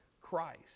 Christ